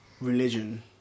religion